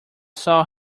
saw